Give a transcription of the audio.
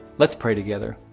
let's pray together.